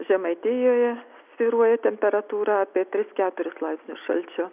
žemaitijoje svyruoja temperatūra apie tris keturis laipsnius šalčio